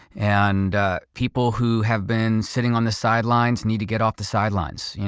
and people who have been sitting on the sidelines need to get off the sidelines. yeah